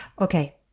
Okay